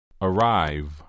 Arrive